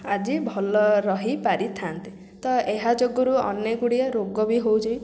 ଆଜି ଭଲ ରହି ପାରିଥାନ୍ତେ ତ ଏହା ଯୋଗୁଁ ଅନେକ ଗୁଡ଼ିଏ ରୋଗ ବି ହେଉଛି